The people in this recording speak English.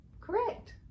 Correct